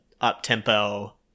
up-tempo